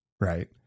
Right